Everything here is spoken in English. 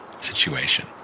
situation